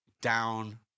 down